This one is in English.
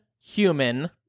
human